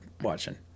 watching